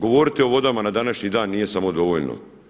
Govoriti o vodama na današnji dan nije samo dovoljno.